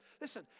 Listen